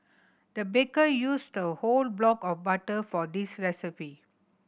the baker used a whole block of butter for this recipe